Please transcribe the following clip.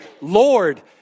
Lord